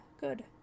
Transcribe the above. Good